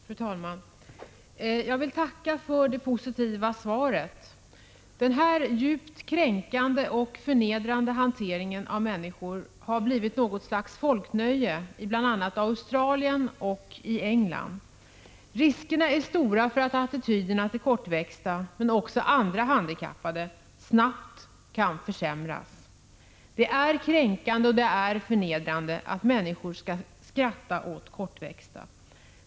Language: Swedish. Fru talman! Jag vill tacka för det positiva svaret. Denna djupt kränkande och förnedrande hantering av människor har blivit något slags folknöje i bl.a. Australien och England. Riskerna är stora för att attityderna till kortväxta men också till andra handikappade snabbt kan försämras. Det är kränkande och förnedrande att människor skall skratta åt kortväxta.